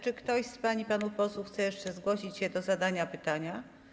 Czy ktoś z pań i panów posłów chce jeszcze zgłosić się do zadania pytania?